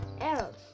else